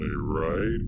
right